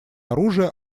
оружие